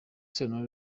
sentore